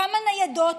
כמה ניידות?